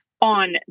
on